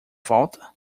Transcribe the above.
volta